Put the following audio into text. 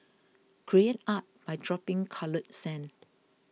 create art by dropping coloured sand